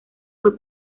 fue